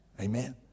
Amen